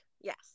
Yes